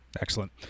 excellent